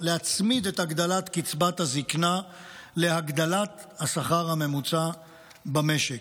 להצמיד את הגדלת קצבת הזקנה להגדלת השכר הממוצע במשק.